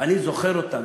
אני זוכר אותה,